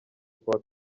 kuwa